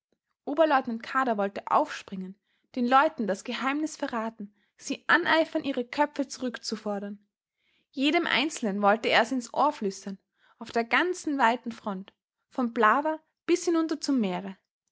oberleutnant kadar wollte aufspringen den leuten das geheimnis verraten sie aneifern ihre köpfe zurück zu fordern jedem einzelnen wollte er's ins ohr flüstern auf der ganzen weiten front von plava bis hinunter zum meere